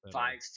five